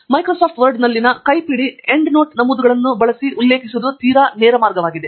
Microsoft ವರ್ಡ್ನಲ್ಲಿನ ಕೈಪಿಡಿ EndNote ನಮೂದುಗಳನ್ನು ಬಳಸಿ ಉಲ್ಲೇಖಿಸುವುದು ತೀರಾ ನೇರ ಮುನ್ನಡೆಯಾಗಿದೆ